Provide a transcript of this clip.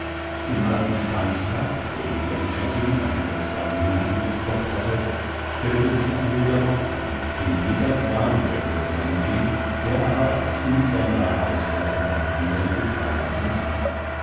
im alten steinschlag wo eva die scheckin und ihre zwei jungen angepflockt hatte stellte sich ein wilder bock ein den peter zwar mit der wurfleine fing der aber als unzähmbarer ausreißer bald wieder in die freiheit entwich